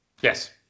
Yes